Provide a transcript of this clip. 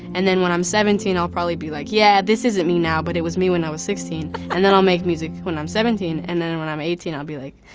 and then when i'm seventeen, i'll probably be like, yeah, this isn't me now, but it was me when i was sixteen. and then i'll make music when i'm seventeen, and then and when i'm eighteen, i'll be like,